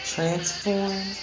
Transform